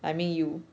I mean you